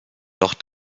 doch